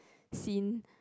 seen